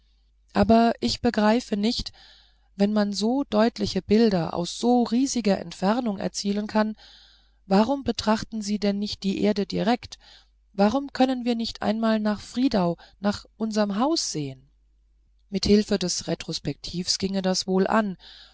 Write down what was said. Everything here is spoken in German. aber ich begreife nicht wenn man so deutliche bilder aus so riesigen entfernungen erzielen kann warum betrachten sie denn nicht die erde direkt warum können wir nicht einmal nach friedau nach unserm haus sehen mit hilfe des retrospektivs ginge das wohl an